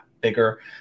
bigger